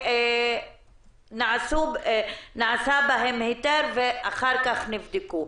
שקיבלו היתר ואחר כך נבדקו.